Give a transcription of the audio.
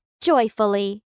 joyfully